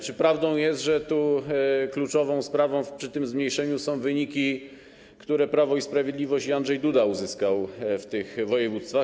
Czy prawdą jest, że kluczową sprawą przy tym zmniejszeniu są wyniki, które Prawo i Sprawiedliwość i Andrzej Duda uzyskali w tych województwach?